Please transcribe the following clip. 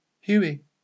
Hughie